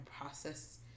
process